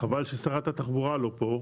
חבל ששרת התחבורה לא פה.